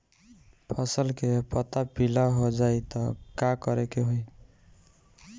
फसल के पत्ता पीला हो जाई त का करेके होई?